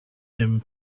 him